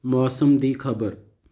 ਮੌਸਮ ਦੀ ਖਬਰ